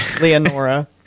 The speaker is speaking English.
Leonora